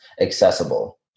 accessible